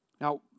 Now